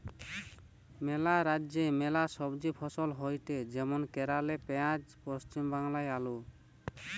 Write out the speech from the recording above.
ম্যালা রাজ্যে ম্যালা সবজি ফসল হয়টে যেমন কেরালে পেঁয়াজ, পশ্চিম বাংলায় আলু